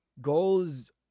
goals